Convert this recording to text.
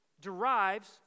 derives